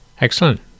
Excellent